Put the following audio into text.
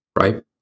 right